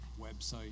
website